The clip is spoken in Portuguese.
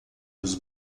dos